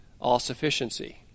all-sufficiency